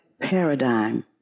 paradigm